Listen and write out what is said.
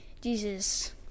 Jesus